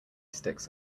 sticks